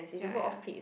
ya ya ya